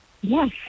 Yes